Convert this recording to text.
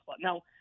now